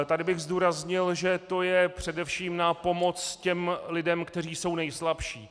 Tady bych zdůraznil, že to je především na pomoc těm lidem, kteří jsou nejslabší.